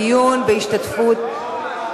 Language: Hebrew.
דיון בהשתתפות, רגע,